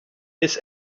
his